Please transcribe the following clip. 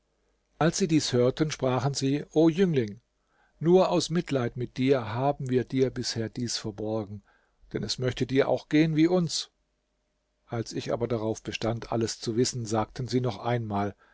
als sie dies hörten sprachen sie o jüngling nur aus mitleid mit dir haben wir dir bisher dies verborgen denn es möchte dir auch gehen wie uns als ich aber darauf bestand alles zu wissen sagten sie noch einmal